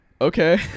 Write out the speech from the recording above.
okay